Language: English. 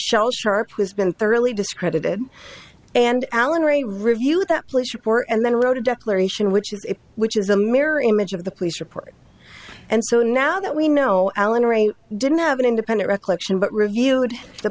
shel sharpe has been thoroughly discredited and alan ray review the police report and then wrote a declaration which is which is a mirror image of the police report and so now that we know eleanor a didn't have an independent recollection but reviewed the